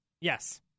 Yes